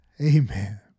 Amen